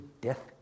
death